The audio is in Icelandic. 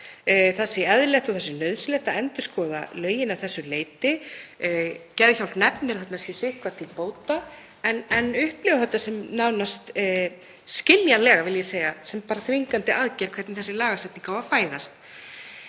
það sé eðlilegt og nauðsynlegt að endurskoða lögin að þessu leyti. Geðhjálp nefnir að þarna sé sitthvað til bóta en upplifir þetta nánast, skiljanlega vil ég segja, sem þvingandi aðgerðir hvernig þessi lagasetning á að fæðast.